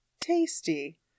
Tasty